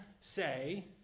say